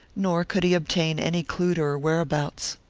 nor could he obtain any clew to her whereabouts.